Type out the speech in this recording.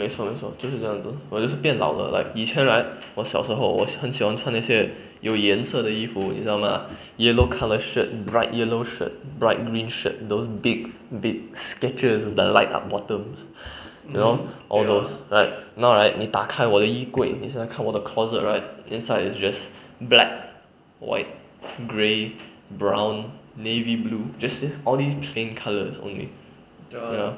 没错没错就是这样子我就是变老了 like 以前 right 我小时候我很喜欢穿那些有颜色的衣服你知道吗 yellow colour shirt bright yellow shirt bright green shirt those big big sketchers the light up bottom you know all those like now right 你打开我的衣柜你现在看我的 closet right inside is just black white grey brown navy blue just just all these plain colours only 对 ah